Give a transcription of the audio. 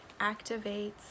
activates